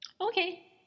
Okay